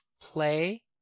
play